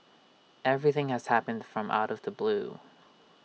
everything has happened from out of the blue